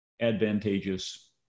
advantageous